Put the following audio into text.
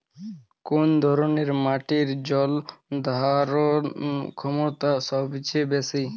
কোন ধরণের মাটির জল ধারণ ক্ষমতা সবচেয়ে বেশি?